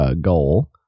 goal